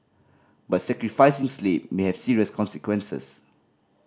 but sacrificing sleep may have serious consequences